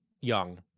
young